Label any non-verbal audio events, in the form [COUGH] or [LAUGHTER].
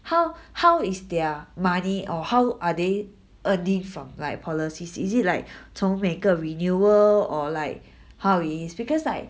how how is their money or how are they earning from like policies is it like [BREATH] 从每个 renewal or like how it is because like